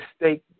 mistake